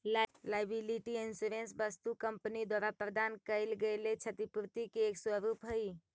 liability insurance वस्तु company द्वारा प्रदान कैइल गेल क्षतिपूर्ति के एक स्वरूप हई